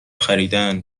خریدن